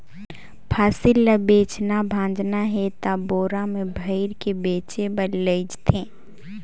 फसिल ल बेचना भाजना हे त बोरा में भइर के बेचें बर लेइज थें